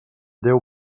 déu